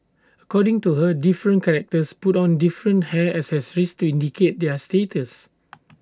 according to her different characters put on different hair accessories to indicate their status